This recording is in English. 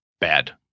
Bad